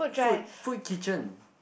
food food kitchen